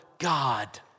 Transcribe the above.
God